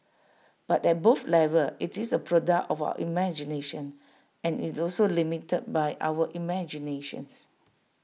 but at both levels IT is A product of our imagination and IT is also limited by our imaginations